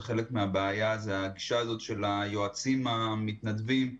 וחלק מהבעיה היא הגישה הזאת של היועצים המתנדבים,